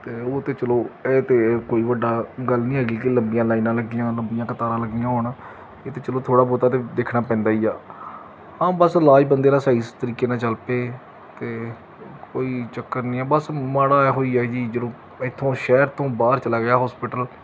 ਅਤੇ ਉਹ ਤਾਂ ਚਲੋ ਇਹ ਤਾਂ ਕੋਈ ਵੱਡੀ ਗੱਲ ਨਹੀਂ ਹੈਗੀ ਕਿ ਲੰਬੀਆਂ ਲਾਈਨਾਂ ਲੱਗੀਆਂ ਲੰਬੀਆਂ ਕਤਾਰਾਂ ਲੱਗੀਆਂ ਹੋਣ ਇਹ ਤਾਂ ਚਲੋ ਥੋੜ੍ਹਾ ਬਹੁਤ ਤਾਂ ਦੇਖਣਾ ਪੈਂਦਾ ਹੀ ਆ ਹਾਂ ਬਸ ਇਲਾਜ ਬੰਦੇ ਦਾ ਸਹੀ ਤਰੀਕੇ ਨਾਲ ਚੱਲ ਪਏ ਅਤੇ ਕੋਈ ਚੱਕਰ ਨਹੀਂ ਆ ਬਸ ਮਾੜਾ ਇਹੋ ਹੀ ਆ ਜੀ ਜਦੋਂ ਇੱਥੋਂ ਸ਼ਹਿਰ ਤੋਂ ਬਾਹਰ ਚਲਾ ਗਿਆ ਹੋਸਪੀਟਲ